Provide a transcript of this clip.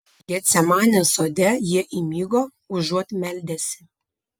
getsemanės sode jie įmigo užuot meldęsi